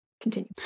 continue